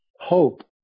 Hope